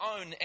own